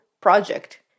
project